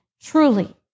truly